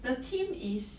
the theme is